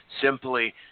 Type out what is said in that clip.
simply